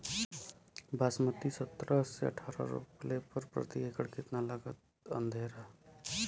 बासमती सत्रह से अठारह रोपले पर प्रति एकड़ कितना लागत अंधेरा?